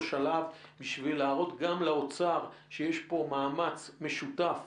שלב בשביל להראות גם לאוצר שיש פה מאמץ משותף,